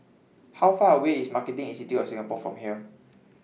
How Far away IS Marketing Institute of Singapore from here